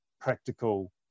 practical